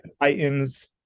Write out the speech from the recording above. Titans